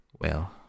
Well